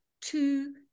two